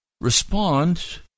respond